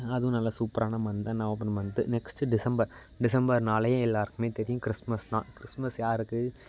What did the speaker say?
அதுவும் நல்ல சூப்பரான மந்த் தான் நவம்பர் மந்த்து நெக்ஸ்ட்டு டிசம்பர் டிசம்பர்னாலே எல்லோருக்குமே தெரியும் க்றிஸ்மஸ் தான் க்றிஸ்மஸ் யாருக்கு